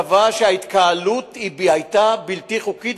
הוא קבע שההתקהלות היתה בלתי חוקית,